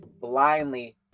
blindly